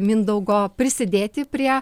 mindaugo prisidėti prie